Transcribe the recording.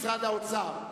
משרד האוצר,